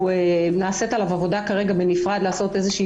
כרגע נעשית עליו עבודה בנפרד לעשות איזושהי